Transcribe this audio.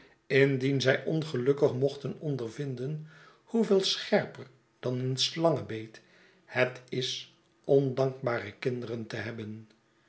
indien zij ongelukkig mochten ondervinden hoe veel scherper dan een slangenbeet het is ondankbare kinderen te hebben